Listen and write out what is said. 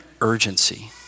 urgency